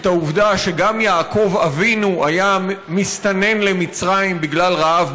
האם אתם מכירים את הנתונים על כך שהמדינה השלישית שמקבלת מישראל כסף,